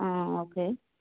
on okay